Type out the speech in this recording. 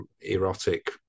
erotic